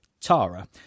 Tara